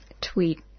tweet